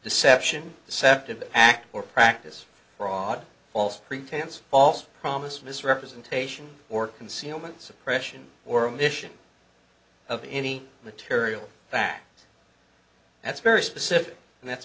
deception deceptive act for practice fraud false pretense false promise misrepresentation or concealment suppression or omission of any material fact that's very specific and that's